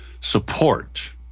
support